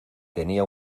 tenía